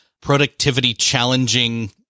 productivity-challenging